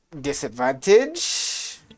Disadvantage